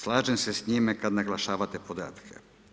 Slažem se sa njime kada naglašavate podatke.